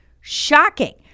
shocking